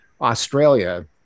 Australia